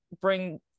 bring